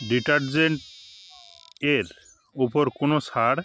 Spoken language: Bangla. ডিটারজেন্ট এর ওপর কোনও ছাড়